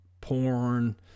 porn